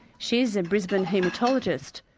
she's a brisbane haematologist.